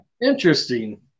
interesting